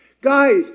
Guys